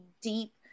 deep